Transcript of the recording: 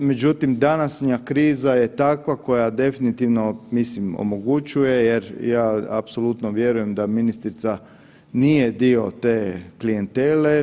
Međutim, današnja kriza je takva koja definitivno mislim omogućuje jer ja apsolutno vjerujem da ministrica nije dio te klijentele.